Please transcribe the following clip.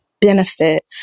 benefit